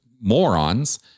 morons